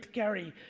gary,